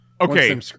Okay